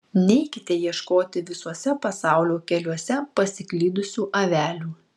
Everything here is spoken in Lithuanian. neikite ieškoti visuose pasaulio keliuose paklydusių avelių